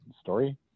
story